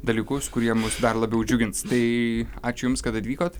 dalykus kurie mus dar labiau džiugins tai ačiū jums kad atvykot